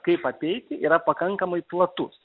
kaip apeiti yra pakankamai platus